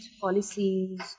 policies